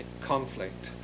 conflict